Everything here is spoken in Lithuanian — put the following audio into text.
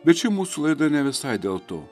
bet čia mūsų laida ne visai dėl to